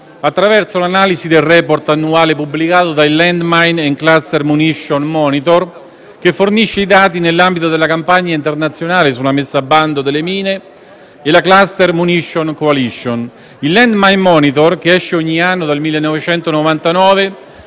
attraverso l'analisi del *report* annuale pubblicato dal Landmine and cluster munition monitor*,* che fornisce i dati nell'ambito della campagna internazionale sulla messa al bando delle mine e la Cluster munition coalition*.* Il Landmine and cluster munition monitor*,* che esce ogni anno dal 1999,